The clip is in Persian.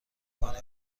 کنی